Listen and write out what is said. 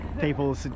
people